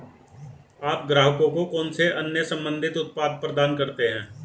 आप ग्राहकों को कौन से अन्य संबंधित उत्पाद प्रदान करते हैं?